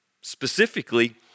specifically